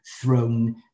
thrown